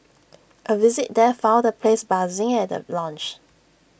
A visit there found the place buzzing at the launch